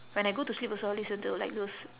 when I go to sleep also I will listen to like those